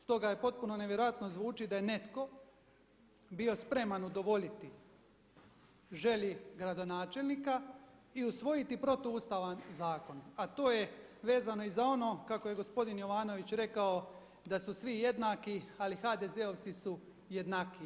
Stoga potpuno nevjerojatno zvuči da je netko bio spreman udovoljiti želji gradonačelnika i usvojiti protuustavan zakon, a to je vezano i za ono kako je gospodin Jovanović rekao da su svi jednaki ali HDZ-ovci su jednakiji.